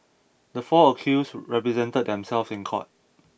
the four accused represented themselves in court